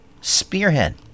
Spearhead